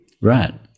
right